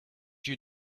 you